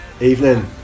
Evening